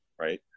right